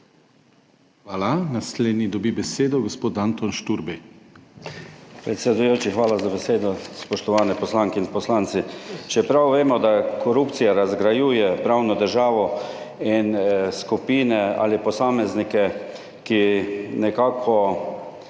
Hvala. Naslednji dobi besedo gospod Anton Šturbej. **ANTON ŠTURBEJ (PS SDS):** Predsedujoči, hvala za besedo. Spoštovane poslanke in poslanci! Čeprav vemo, da korupcija razgrajuje pravno državo in skupine ali posameznike, ki nekako